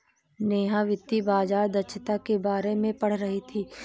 नेहा वित्तीय बाजार दक्षता के बारे में पढ़ रही थी